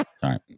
Sorry